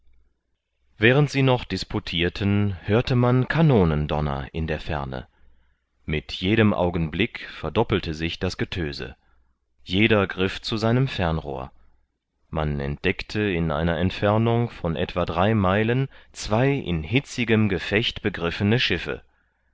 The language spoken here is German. während sie noch disputirten hörte man kanonendonner in der ferne mit jedem augenblick verdoppelte sich das getöse jeder griff zu seinem fernrohr man entdeckte in einer entfernung von etwa drei meilen zwei in hitzigem gefecht begriffene schiffe